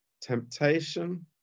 temptation